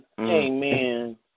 Amen